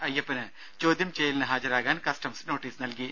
അയ്യപ്പന് ചോദ്യം ചെയ്യലിന് ഹാജരാകാൻ കസ്റ്റംസ് നോട്ടീസ് നൽകി